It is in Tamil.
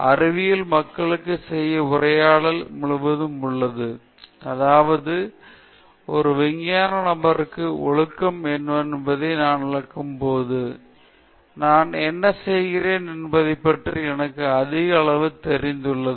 அறிவியல் மக்களுக்கு செய்ய ஒரு உரையாடல் முழுவதும் உள்ளது அதாவது ஒரு விஞ்ஞான நபருக்கு ஒழுக்கம் என்னவென்பதை நான் விளக்கும்போது நான் என்ன செய்கிறேன் என்பதைப் பற்றி எனக்கு அதிக தெளிவு உள்ளது